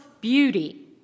beauty